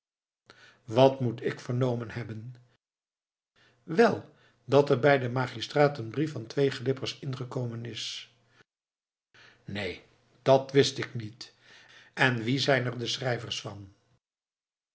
wat moet ik vernomen hebben wel dat er bij den magistraat een brief van twee glippers ingekomen is neen dat wist ik niet en wie zijn er de schrijvers van